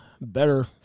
better